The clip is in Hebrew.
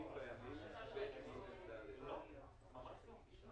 חלוקת 120 הימים בין הממשלה לבין הכנסת.